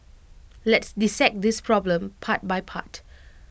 let's dissect this problem part by part